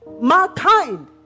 mankind